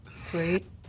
Sweet